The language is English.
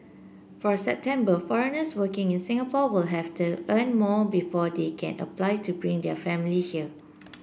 from September foreigners working in Singapore will have to earn more before they can apply to bring their family here